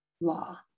law